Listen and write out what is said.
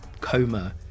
coma